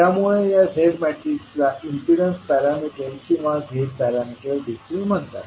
त्यामुळे या z मॅट्रिक्सला इम्पीडन्स पॅरामीटर किंवा z पॅरामीटर देखील म्हणतात